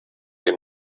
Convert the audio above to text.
dem